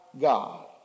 God